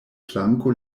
planko